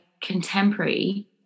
contemporary